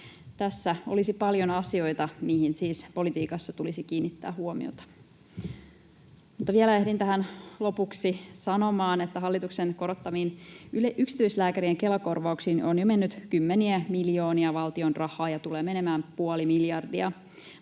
Tässä olisi paljon asioita, mihin siis politiikassa tulisi kiinnittää huomiota. Mutta vielä ehdin tähän lopuksi sanomaan, että hallituksen korottamiin yksityislääkärien Kela-korvauksiin on jo mennyt kymmeniä miljoonia valtion rahaa ja tulee menemään puoli miljardia,